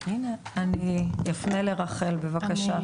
אני אפנה לרחל, בבקשה.